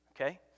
okay